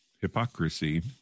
hypocrisy